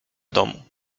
domu